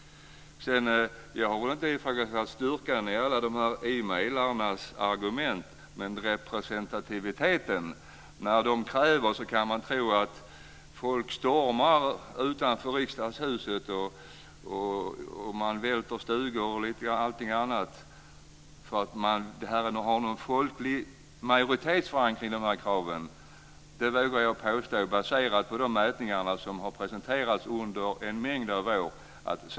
Jag har inte ifrågasatt styrkan i mejlarnas argument utan deras representativitet. När de framför sina krav kan man tro att folket stormar utanför riksdagshuset, välter stugor o.d., men de här kraven har inte någon folklig majoritetsförankring. Jag vågar påstå det baserat på mätningar som har presenterats under en mängd av år.